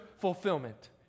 fulfillment